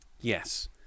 Yes